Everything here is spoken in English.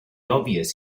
obvious